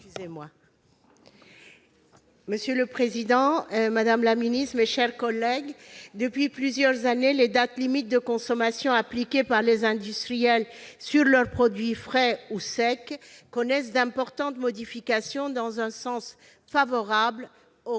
ainsi libellé : La parole est à Mme Esther Benbassa. Depuis plusieurs années, les dates limites de consommation appliquées par les industriels sur leurs produits frais ou secs connaissent d'importantes modifications, dans un sens favorable au